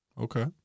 Okay